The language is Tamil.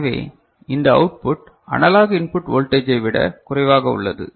எனவே இந்த அவுட்புட் அனலாக் இன்புட் வோல்டேஜை விட குறைவாக உள்ளது